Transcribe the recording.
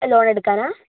loan എടുക്കാനാണോ